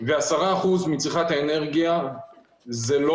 ו-10 אחוזים מצריכת האנרגיה זה לא